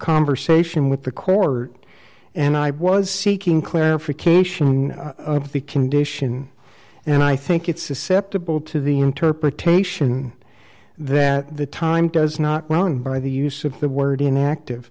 conversation with the court and i was seeking clarification of the condition and i think it's susceptible to the interpretation that the time does not wound by the use of the word inactive